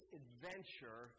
adventure